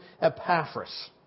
Epaphras